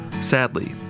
Sadly